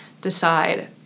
decide